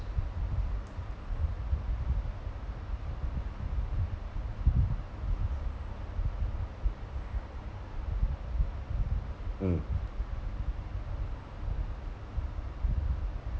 mm